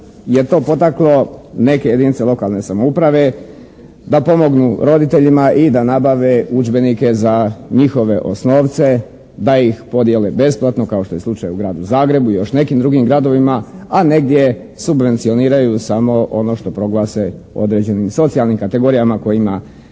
je to potaklo neke jedinice lokalne samouprave da pomognu roditeljima i da nabave udžbenike za njihove osnovce da ih podijele besplatno kao što je slučaj u Gradu Zagrebu i još nekim drugim gradovima, a negdje subvencioniraju samo ono što proglase određenim socijalnim kategorijama kojima